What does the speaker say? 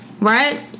right